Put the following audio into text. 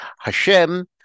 Hashem